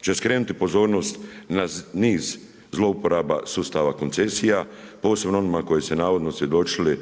će skrenuti pozornost na niz zlouporaba sustava koncesija posebno onim koji …/Govornik se ne razumije./… svjedočili,